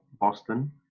boston